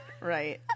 Right